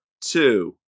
two